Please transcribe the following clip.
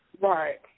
Right